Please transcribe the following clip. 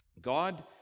God